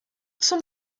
zum